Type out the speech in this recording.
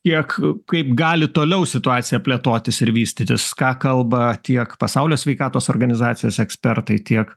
kiek kaip gali toliau situacija plėtotis ir vystytis ką kalba tiek pasaulio sveikatos organizacijos ekspertai tiek